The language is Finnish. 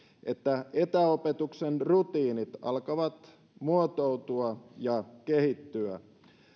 että etäopetuksen rutiinit alkavat muotoutua ja kehittyä